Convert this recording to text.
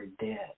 dead